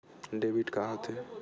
Debit का होथे?